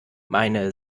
meine